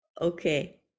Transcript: Okay